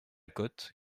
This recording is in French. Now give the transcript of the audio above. côte